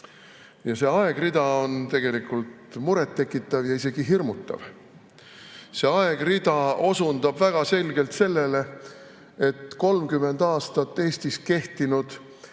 ja see aegrida on tegelikult muret tekitav ja isegi hirmutav. See aegrida osutab väga selgelt sellele, et 30 aastat Eestis kehtinud